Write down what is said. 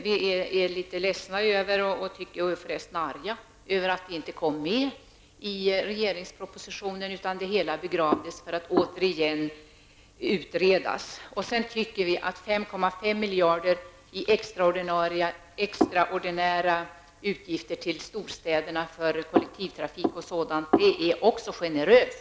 Vi är litet ledsna och arga över att detta förslag inte kom med i regeringens proposition. Det hela begravdes för att återigen utredas. Dessutom anser vi att 5,5 miljarder kronor till storstäderna för extraordinära åtgärder för kollektivtrafik och sådant är generöst.